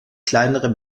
kleinere